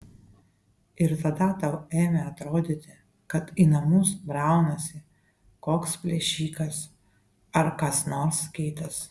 ir tada tau ėmė atrodyti kad į namus braunasi koks plėšikas ar kas nors kitas